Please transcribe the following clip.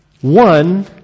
one